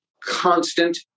constant